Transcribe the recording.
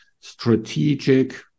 strategic